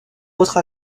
autre